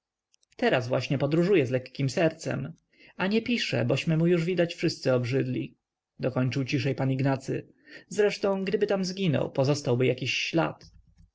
teraz właśnie podróżuje z lekkiem sercem a nie pisze bośmy mu już widać wszyscy obrzydli dokończył ciszej pan ignacy zresztą gdyby tam zginął pozostałby jakiś ślad